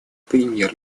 премьер